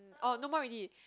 orh no more already